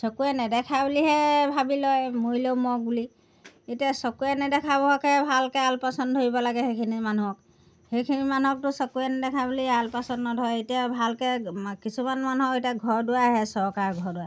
চকুৰে নেদেখা বুলিহে ভাবি লয় মৰিলেও মৰক বুলি এতিয়া চকুৰে নেদেখাবোৰকহে ভালকৈ আলপৈচান ধৰিব লাগে সেইখিনি মানুহক সেইখিনি মানুহকতো চকুৰে নেদেখা বুলি আলপৈচান নধৰে এতিয়া ভালকৈ কিছুমান মানুহক এতিয়া ঘৰ দুৱাৰ আহে চৰকাৰী ঘৰ দুৱাৰ